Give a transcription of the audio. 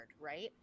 right